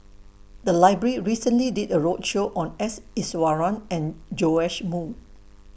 The Library recently did A roadshow on S Iswaran and Joash Moo